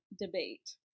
debate